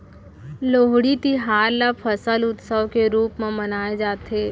लोहड़ी तिहार ल फसल उत्सव के रूप म मनाए जाथे